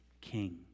king